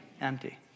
Empty